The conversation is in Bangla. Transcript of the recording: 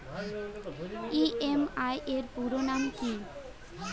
ই.এম.আই এর পুরোনাম কী?